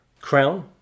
crown